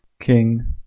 King